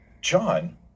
John